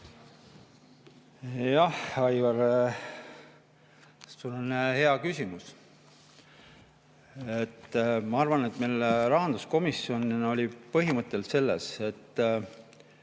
Jah, Aivar, sul on hea küsimus. Ma arvan, et rahanduskomisjon oli põhimõtteliselt [nõus], et